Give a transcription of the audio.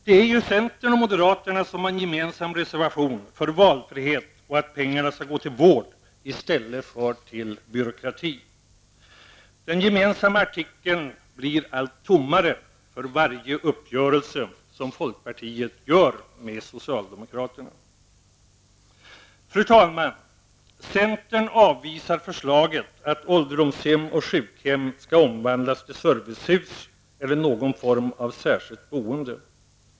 Det är centern och moderaterna som har en gemensam reservation om valfrihet och om att pengarna skall gå till vård i stället för till byråkrati. Den gemensamma artikeln verkar allt tommare för varje uppgörelse folkpartiet gör med socialdemokraterna. Fru talman! Centern avvisar förslaget att ålderdomshem och sjukhem skall omvandlas till servicehus eller någon form av särskilt boende.